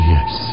Yes